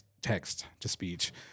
text-to-speech